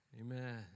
Amen